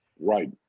Right